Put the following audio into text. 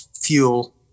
fuel